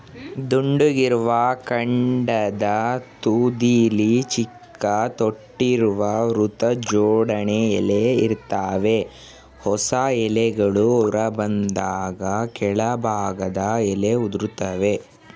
ದುಂಡಗಿರುವ ಕಾಂಡದ ತುದಿಲಿ ಚಿಕ್ಕ ತೊಟ್ಟಿರುವ ವೃತ್ತಜೋಡಣೆ ಎಲೆ ಇರ್ತವೆ ಹೊಸ ಎಲೆಗಳು ಹೊರಬಂದಾಗ ಕೆಳಭಾಗದ ಎಲೆ ಉದುರ್ತವೆ